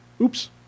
Oops